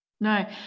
No